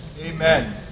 Amen